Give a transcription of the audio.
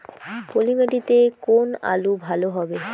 পলি মাটিতে কোন আলু ভালো হবে?